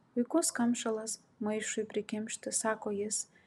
puikus kamšalas maišui prikimšti sako jis